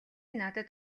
надад